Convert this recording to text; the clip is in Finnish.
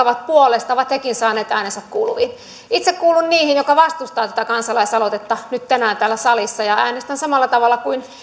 ovat puolesta ovat saaneet äänensä kuuluviin itse kuulun niihin jotka vastustavat tätä kansalaisaloitetta nyt tänään täällä salissa ja äänestän samalla tavalla kuin